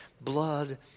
blood